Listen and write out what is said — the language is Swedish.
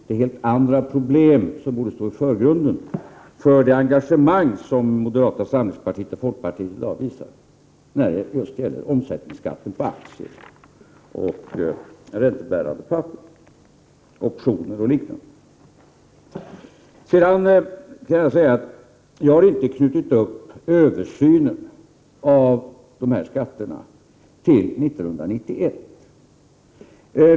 Det är helt andra problem som borde stå i förgrunden för det engagemang som moderata samlingspartiet och folkpartiet i dag visar när det just gäller omsättningsskatten på aktier, räntebärande papper, optioner osv. Jag har inte knutit upp översynen av dessa skatter till 1991.